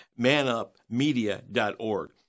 manupmedia.org